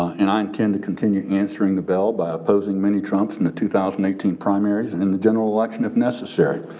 and i intend to continue answering the bell by opposing many trumps in the two thousand and eighteen primaries and in the general election if necessary.